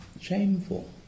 shameful